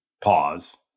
pause